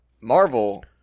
Marvel